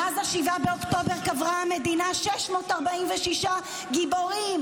מאז 7 באוקטובר קברה המדינה 646 גיבורים,